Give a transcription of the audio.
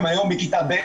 הן היום בכיתה ב',